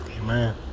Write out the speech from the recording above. Amen